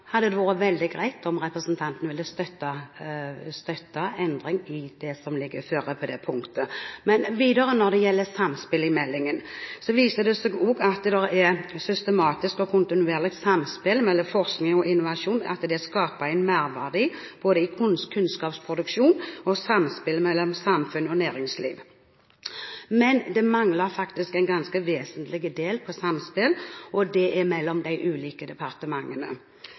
hadde det vært veldig greit om representanten ville støtte endring i det som foreligger på det punktet. Men videre, når det gjelder samspillet i meldingen, viser det seg også at det er systematisk og kontinuerlig samspill mellom forskning og innovasjon, og at det skaper en merverdi både i kunnskapsproduksjon og samspill mellom samfunn og næringsliv. Men det mangler faktisk en ganske vesentlig del på samspill, og det er mellom de ulike departementene.